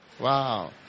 Wow